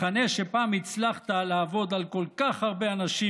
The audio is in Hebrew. מחנה שפעם הצלחת לעבוד על כל כך הרבה אנשים